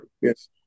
yes